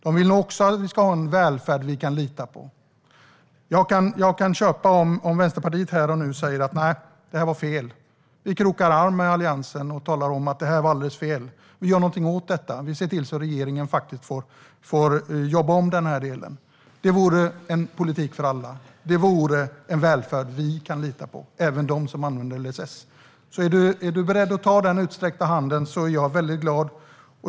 De vill nog också att vi ska ha en välfärd som vi kan lita på. Jag kan köpa om Vänsterpartiet här och nu säger: Det här var fel. Vi krokar arm med Alliansen och talar om att det var alldeles fel och gör någonting åt detta. Vi ser till att regeringen får jobba om den här delen. Det vore en politik för alla. Det vore en välfärd vi kan lita på och även de som använder LSS. Är du beredd att ta den utsträckta handen är jag väldigt glad.